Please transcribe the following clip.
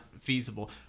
feasible